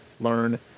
learn